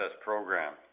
program